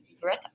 Greta